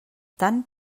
tant